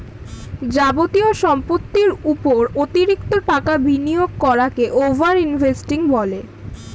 যাবতীয় সম্পত্তির উপর অতিরিক্ত টাকা বিনিয়োগ করাকে ওভার ইনভেস্টিং বলে